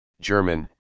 German